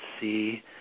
see